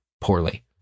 poorly